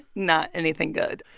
not anything good.